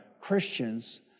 Christians